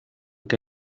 que